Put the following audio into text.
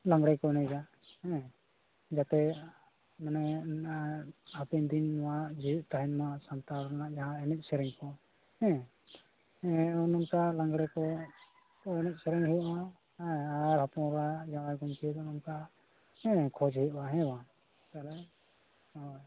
ᱞᱟᱜᱽᱬᱮ ᱠᱚ ᱮᱱᱮᱡᱟ ᱦᱮᱸ ᱡᱟᱛᱮ ᱢᱟᱱᱮ ᱦᱟᱯᱮᱱ ᱫᱤᱱ ᱱᱚᱣᱟ ᱡᱤᱭᱮᱫ ᱛᱟᱦᱮᱱᱢᱟ ᱥᱟᱱᱛᱟᱲ ᱨᱮᱱᱟᱜ ᱡᱟᱦᱟᱸ ᱮᱱᱮᱡ ᱥᱮᱨᱮᱧ ᱠᱚ ᱦᱮᱸ ᱱᱚᱝᱠᱟ ᱞᱟᱜᱽᱬᱮ ᱠᱚ ᱮᱱᱮᱡ ᱥᱮᱨᱮᱧ ᱦᱩᱭᱩᱜᱼᱟ ᱦᱮᱸ ᱟᱨ ᱦᱚᱯᱚᱱ ᱮᱨᱟ ᱡᱟᱶᱭᱟᱭ ᱜᱚᱝᱠᱮ ᱠᱚ ᱱᱚᱝᱠᱟ ᱦᱮᱸ ᱠᱷᱚᱡ ᱦᱩᱭᱩᱜᱼᱟ ᱦᱮᱸ ᱵᱟᱝ ᱦᱳᱭ